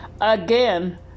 Again